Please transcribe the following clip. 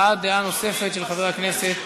הבעת דעה נוספת של חבר הכנסת